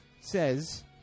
says